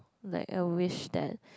like a wish that